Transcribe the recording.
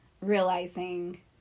realizing